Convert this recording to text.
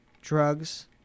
drugs